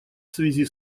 связи